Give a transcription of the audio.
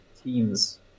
teams